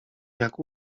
jak